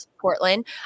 portland